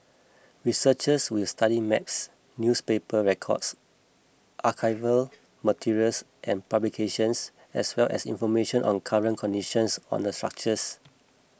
researchers will study maps newspaper records archival materials and publications as well as information on current conditions on the structures